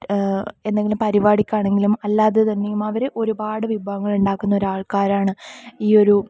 എന്തെങ്കിലും പരിപാടിക്ക് ആണെങ്കിലും അല്ലാതെ തന്നെ അവര് ഒരുപാട് വിഭവങ്ങള് ഇണ്ടാക്കുന്ന ഒരു ആൾക്കാരാണ് ഈയൊരു